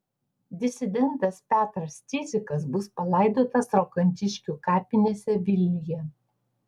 disidentas petras cidzikas bus palaidotas rokantiškių kapinėse vilniuje